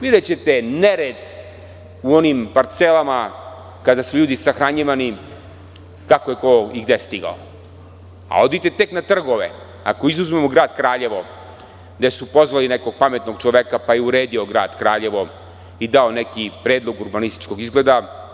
Videćete nered u onim parcelama kada su ljudi sahranjivani kako je ko i gde je stigao, a idite tek na trgove, ako izuzmemo grad Kraljevo, gde su pozvali nekog pametnog čoveka pa je uredio grad Kraljevo i dao neki predlog urbanističkog izgleda.